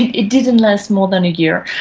it didn't last more than a year.